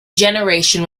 generation